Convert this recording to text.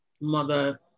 mother